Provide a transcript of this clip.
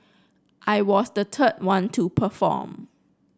I was the third one to perform